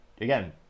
again